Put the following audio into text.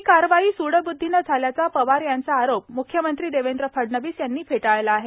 ही कारवाई सूडब्द्वीनं झाल्याचा पवार यांचा आरोप म्ख्यमंत्री देवेंद्र फडणवीस यांनी फेटाळला आहे